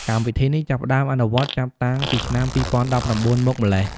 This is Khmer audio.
កម្មវិធីនេះចាប់ផ្តើមអនុវត្តចាប់តាំងពីឆ្នាំ២០១៩មកម្ល៉េះ។